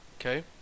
Okay